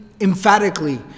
emphatically